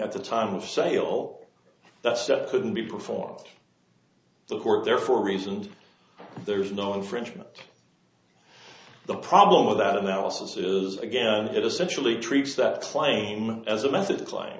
at the time of sale that set couldn't be performed by the court therefore reasoned there is no infringement the problem with that analysis is again it essentially treats that claim as a method